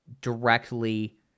directly